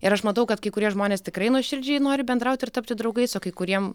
ir aš matau kad kai kurie žmonės tikrai nuoširdžiai nori bendrauti ir tapti draugais o kai kuriem